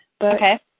Okay